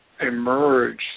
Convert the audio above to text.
emerge